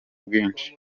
bwinshi